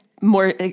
more